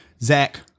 Zach